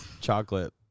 Chocolate